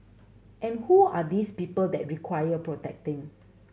and who are these people that require protecting